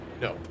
No